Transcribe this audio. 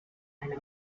eine